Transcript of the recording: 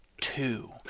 Two